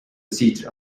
siege